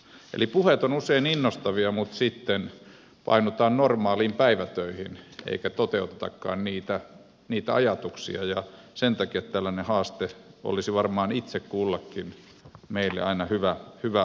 eli puheet ovat usein innostavia mutta sitten painutaan normaaleihin päivätöihin eikä toteutetakaan niitä ajatuksia ja sen takia tällainen haaste olisi varmaan itse kunkin meistä aina hyvä ottaa käyttöön